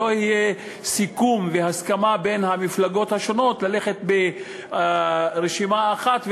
שלא יהיו סיכום והסכמה בין המפלגות השונות ללכת ברשימה אחת,